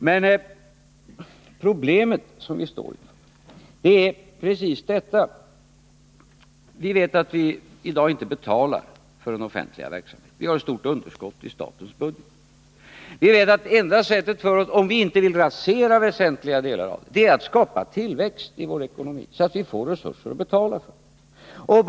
Men problemet som vi står inför är precis detta: Vi vet att vi i dag inte betalar för den offentliga verksamheten — vi har ett stort underskott i statens budget. Vi vet att om vi inte vill rasera väsentliga delar av den offentliga sektorn är enda sättet att skapa tillväxt i vår ekonomi, så att vi får resurser att betala med.